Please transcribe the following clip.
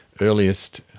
earliest